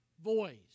voice